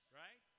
right